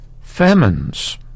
Famines